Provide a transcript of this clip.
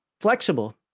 flexible